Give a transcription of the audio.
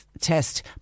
test